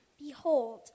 Behold